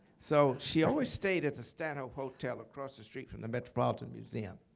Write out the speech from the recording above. so she always stayed at the stanhope hotel across the street from the metropolitan museum.